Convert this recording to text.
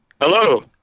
Hello